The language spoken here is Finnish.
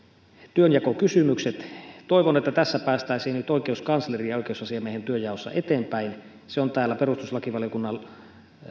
työnjakokysymykset toivon että tässä päästäisiin nyt oikeuskanslerin ja oikeusasiamiehen työnjaossa eteenpäin se on täällä perustuslakivaliokunnan